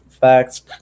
facts